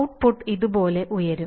output ഇതുപോലെ ഉയരും